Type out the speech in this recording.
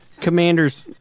Commanders